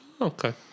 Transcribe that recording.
Okay